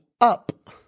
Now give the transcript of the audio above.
up